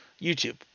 YouTube